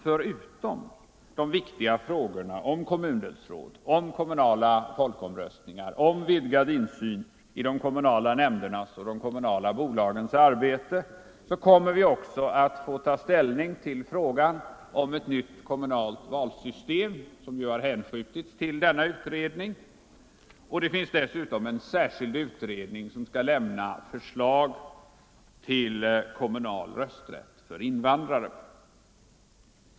Förutom de viktiga frågorna om kommundelsråd, om kommunala folkomröstningar, om vidgad insyn i de kommunala nämndernas och de kommunala bolagens arbete kommer vi också att få ta ställning till frågan om ett nytt kommunalt valsystem, som har hänskjutits till den här utredningen, och det finns dessutom en särskild utredning som skall lämna förslag till kommunal rösträtt för invandrare.